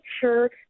sure